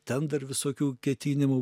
ten dar visokių ketinimų